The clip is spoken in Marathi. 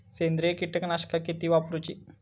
सेंद्रिय कीटकनाशका किती वापरूची?